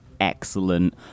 excellent